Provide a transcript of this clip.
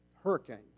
hurricanes